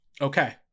Okay